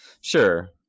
sure